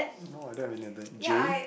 no I don't have any of them Jay